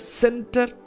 center